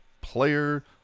player